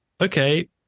okay